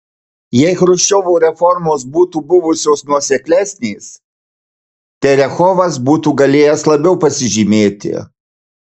jei chruščiovo reformos būtų buvusios nuoseklesnės terechovas būtų galėjęs labiau pasižymėti